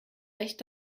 recht